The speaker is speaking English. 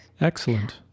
Excellent